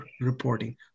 reporting